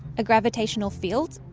a gravitational field,